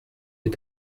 est